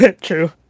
True